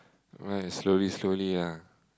nevermind slowly slowly ah